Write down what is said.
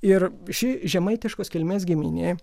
ir ši žemaitiškos kilmės giminė